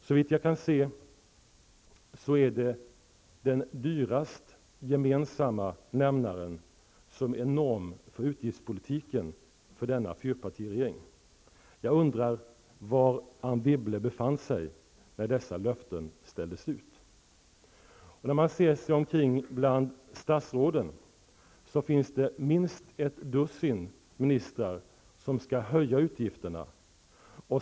Såvitt jag kan se är det den dyraste gemensamma nämnaren som gäller som norm för utgiftspolitik för denna fyrpartiregering. Jag undrar var Anne Wibble befann sig när dessa löften ställdes ut? När man ser sig om bland statsråden, finner man minst ett dussin ministrar som skall höja utgifterna.